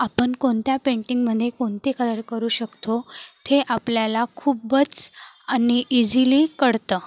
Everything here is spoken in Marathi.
आपण कोणत्या पेंटिंगमध्ये कोणते कलर करू शकतो ते आपल्याला खूपच आणि इजिली कळतं